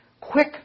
quick